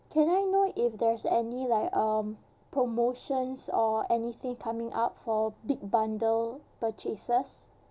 can I know if there's any like um promotions or anything coming up for big bundle purchases